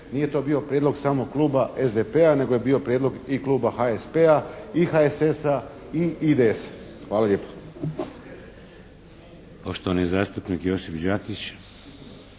Nije to bio prijedlog samo Kluba SDP-a nego je bio prijedlog i Kluba HSP-a i HSS-a i IDS-a. Hvala lijepo. **Šeks, Vladimir